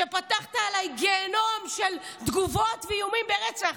שפתחת עליי גיהינום של תגובות ואיומים ברצח,